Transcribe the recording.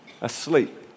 asleep